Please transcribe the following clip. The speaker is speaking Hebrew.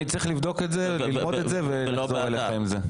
אני צריך לבדוק את זה ואחזור אליך עם זה.